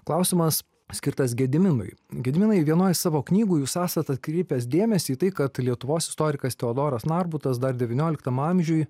klausimas skirtas gediminui gediminai vienoje savo knygų jūs esat atkreipęs dėmesį į tai kad lietuvos istorikas teodoras narbutas dar devynioliktam amžiuj